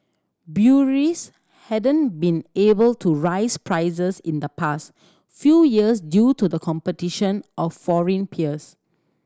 breweries hadn't been able to rise prices in the past few years due to competition from foreign peers